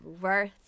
worth